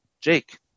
Jake